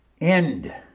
end